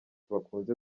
bakunze